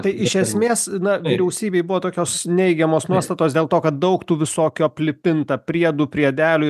tai iš esmės na vyriausybėj buvo tokios neigiamos nuostatos dėl to kad daug tų visokių aplipinta priedų priedelių